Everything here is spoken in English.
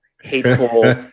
hateful